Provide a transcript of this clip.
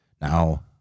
Now